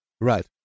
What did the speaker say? Right